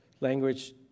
language